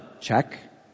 Check